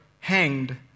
hanged